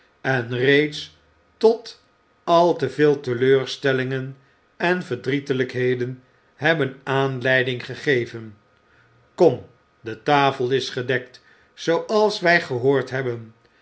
en reeds tot al te veel teleurstellingen en verdrietelijkheden hebben aanleiding gegeven kom de tafel is gedekt zooals wij gehoord hebben